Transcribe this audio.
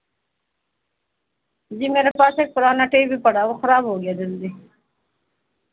جی میرے پاس ایک پرانا ٹی وی پڑا وہ خراب ہو گیا جلدی